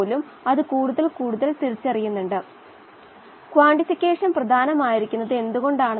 പിന്നെ നമ്മൾ ചുരുങ്ങിയ രീതിയിൽ എയറേഷനും അജിറ്റേഷനും aeration agitation കണ്ടു